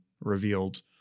revealed